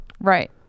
right